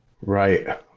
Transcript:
Right